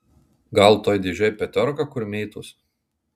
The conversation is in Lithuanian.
gal toj dėžėj petiorka kur mėtosi